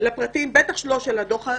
לפרטי הדוח, בטח לא של הדוח הסודי,